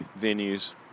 venues